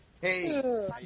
hey